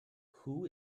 who